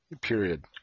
Period